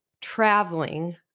traveling